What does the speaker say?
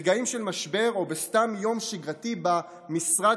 ברגעים של משבר או בסתם יום שגרתי במשרד,